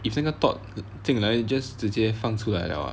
if single thought 进来 just 直接放出来了 lah